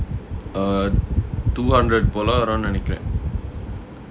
uh two hundred போல வரு நெனைக்குற:pola varu nenaikkura